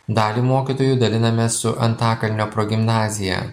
dalį mokytojų dalinamės su antakalnio progimnazija